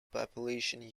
population